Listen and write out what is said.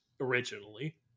originally